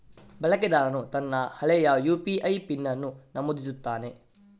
ಬಳಕೆದಾರನು ತನ್ನ ಹಳೆಯ ಯು.ಪಿ.ಐ ಪಿನ್ ಅನ್ನು ನಮೂದಿಸುತ್ತಾನೆ